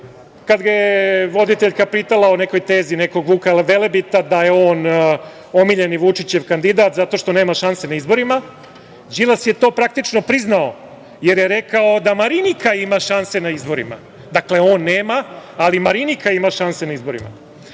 kad ga je voditeljka pitala o nekoj tezi, nekog Vuka Velebita, da je on omiljeni Vučićev kandidat zato što nema šanse na izborima, Đilas je to praktično priznao, jer je rekao da Marinika ima šanse na izborima. Dakle, on nema, ali Marinika ima šanse na izborima.